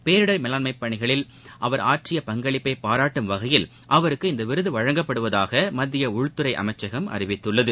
பேரிடர் மேலாண்மைப் பணிகளில் அவர் ஆற்றிய பங்களிப்பை பாராட்டும் வகையில் அவருக்கு இந்த விருது வழங்கப்படுவதாக மத்திய உள்துறை அமைச்சகம் அறிவித்துள்ளது